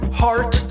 heart